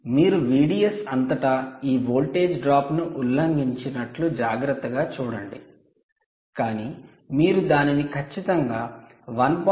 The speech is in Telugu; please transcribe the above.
మీరు VDS అంతటా ఈ వోల్టేజ్ డ్రాప్ను ఉల్లంఘించి నట్లు జాగ్రత్తగా చూడండి కానీ మీరు దానిని ఖచ్చితంగా 1